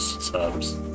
subs